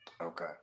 Okay